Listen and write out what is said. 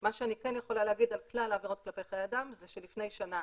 מה שאני כן יכולה להגיד על כלל העבירות כלפי חיי אדם הוא שלפני שנה